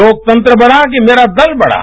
लोकतंत्र बड़ा कि मेरा दल बड़ा